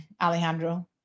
Alejandro